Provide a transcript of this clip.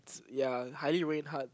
ya highly rate heart